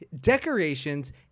decorations